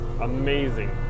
amazing